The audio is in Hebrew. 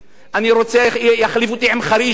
אני רוצה שיחליף אותי עם חריש עכשיו,